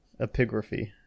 epigraphy